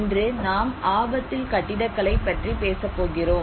இன்று நாம் ஆபத்தில் கட்டிடக்கலை பற்றி பேசப் போகிறோம்